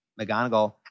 McGonagall